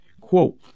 Quote